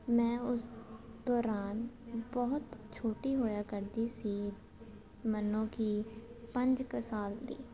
ਮੈਂ ਉਸ ਦੌਰਾਨ ਬਹੁਤ ਛੋਟੀ ਹੋਇਆ ਕਰਦੀ ਸੀ ਮੰਨੋ ਕਿ ਪੰਜ ਕੁ ਸਾਲ ਦੀ